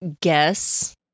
guess